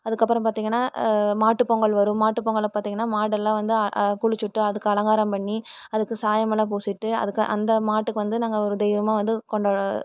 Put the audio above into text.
அதுக்கப்புறம் பார்த்திங்கனா மாட்டு பொங்கல் வரும் மாட்டு பொங்கல்ல பார்த்திங்கனா மாடெல்லாம் வந்து குளிச்சிட்டு அதுக்கு அலங்காரம் பண்ணி அதுக்கு சாயமெல்லாம் பூசிட்டு அதுக்கு அந்த மாட்டுக்கு வந்து நாங்கள் ஒரு தெய்வமாக வந்து கொண்டா